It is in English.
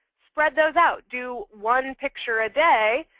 spread those out. do one picture a day,